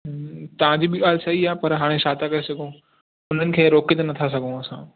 तव्हां जी बि ॻाल्हि सही आहे पर हाणे छा था करे सघूं हुननि खे रोके त नथा सघूं असां